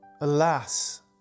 Alas